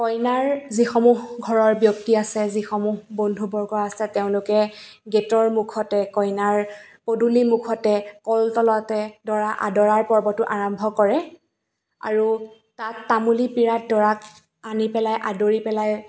কইনাৰ যিসমূহ ঘৰৰ ব্যক্তি আছে যিসমূহ বন্ধুবৰ্গ আছে তেওঁলোকে গেটৰ মুখতে কইনাৰ পদূলি মুখতে কলতলতে দৰা আদৰাৰ পৰ্বটো আৰম্ভ কৰে আৰু তাত তামূলী পীৰাত দৰাক আনি পেলাই আদৰি পেলাই